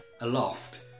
aloft